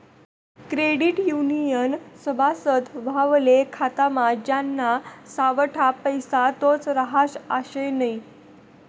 credit युनियननं सभासद व्हवाले खातामा ज्याना सावठा पैसा तोच रहास आशे नै